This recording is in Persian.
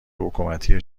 حکومتی